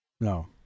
no